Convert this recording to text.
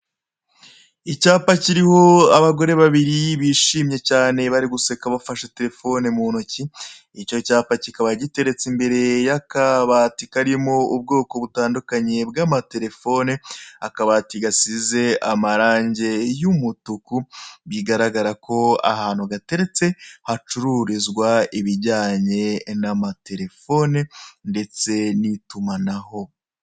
Icyapa kiriho abagore babiri bishimye cyane, bari guseka bafashe telefone mu ntoki, icyo cyapa kikaba giteretse imbere y'akabati karimo ubwoko butandukanye bw'amatelefone, akabati gasize amarange y'umutuku, bigararaga ko ahantu gateretse hacururizwa ibijyanye n'amatelefone ndetse n'itumanaho.